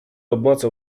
obmacał